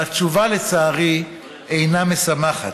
והתשובה, לצערי, אינה משמחת.